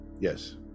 Yes